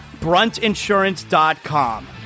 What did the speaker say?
BruntInsurance.com